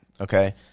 okay